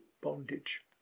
bondage